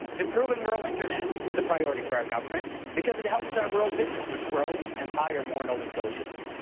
improving rural internet is a priority for our government because it helps our rural businesses grow and hire more nova scotians.